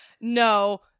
no